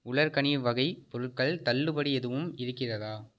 உலர்கனி வகை பொருட்கள் தள்ளுபடி எதுவும் இருக்கிறதா